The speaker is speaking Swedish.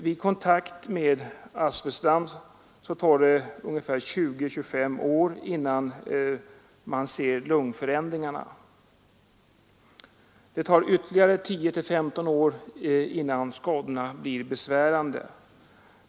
Efter kontakt med asbestdamm tar det ungefär 20—25 år innan lungförändringarna syns, och det tar ytterligare 10—15 år innan skadorna blir besvärande.